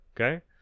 okay